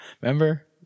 Remember